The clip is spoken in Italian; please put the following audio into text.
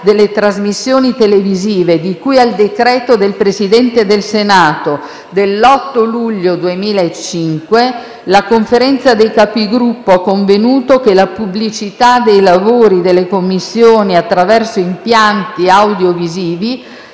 delle trasmissioni televisive di cui al decreto del Presidente del Senato dell'8 luglio 2005, la Conferenza dei Capigruppo ha convenuto che la pubblicità dei lavori delle Commissioni attraverso impianti audiovisivi